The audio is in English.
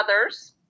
others